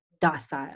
docile